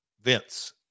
Vince